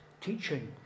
teaching